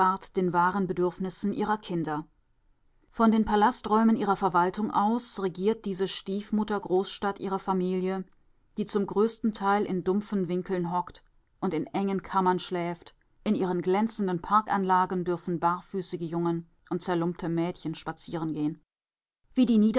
den wahren bedürfnissen ihrer kinder von den palasträumen ihrer verwaltung aus regiert diese stiefmutter großstadt ihre familie die zum größten teil in dumpfen winkeln hockt und in engen kammern schläft in ihren glänzenden parkanlagen dürfen barfüßige jungen und zerlumpte mädchen spazierengehen wie die